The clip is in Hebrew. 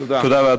תודה.